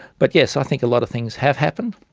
but yes, i think a lot of things have happened.